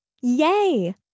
Yay